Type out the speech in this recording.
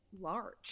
Large